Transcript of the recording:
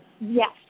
yes